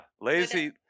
lazy